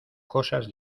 cosas